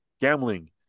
gambling